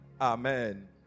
Amen